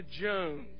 Jones